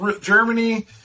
germany